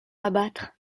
abattre